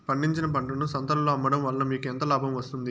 పండించిన పంటను సంతలలో అమ్మడం వలన మీకు ఎంత లాభం వస్తుంది?